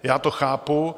Já to chápu.